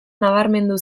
nabarmendu